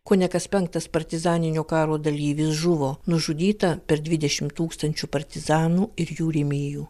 kone kas penktas partizaninio karo dalyvis žuvo nužudyta per dvidešimt tūkstančių partizanų ir jų rėmėjų